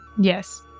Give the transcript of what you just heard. Yes